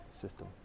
system